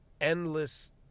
endless